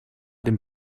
dem